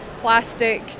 plastic